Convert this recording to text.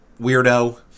weirdo